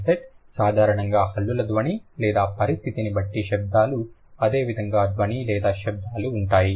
onset సాధారణంగా హల్లుల ధ్వని లేదా పరిస్థితిని బట్టి శబ్దాలు అదేవిధంగా ధ్వని లేదా శబ్దాలు ఉంటాయి